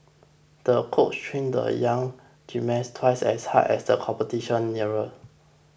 the coach trained the young gymnast twice as hard as the competition neared